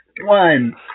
One